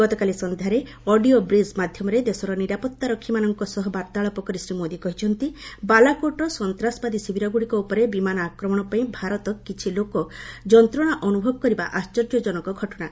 ଗତ ସନ୍ଧ୍ୟାରେ audio bridge ମାଧ୍ୟମରେ ଦେଶର ନିରାପତ୍ତାରକ୍ଷୀ ମାନଙ୍କ ସହ ବାର୍ତ୍ତାଳାପ କରି ଶ୍ରୀ ମୋଦି କହିଛନ୍ତି ବାଲାକୋଟର ସନ୍ତାସବାଦୀ ଶିବିରଗୁଡିକ ଉପରେ ବିମାନ ଆକ୍ରମଣ ପାଇଁ ଭାରତର କିଛି ଲୋକ ଯନ୍ତ୍ରଣା ଅନୁଭବ କରିବା ଆଶ୍ଚର୍ଯ୍ୟଜନକ ଘଟଣା